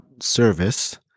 service